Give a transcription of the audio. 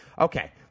Okay